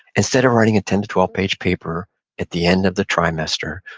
instead of writing a ten to twelve page paper at the end of the trimester,